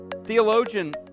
Theologian